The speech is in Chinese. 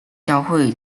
交会